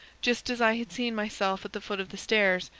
just as i had seen myself at the foot of the stairs,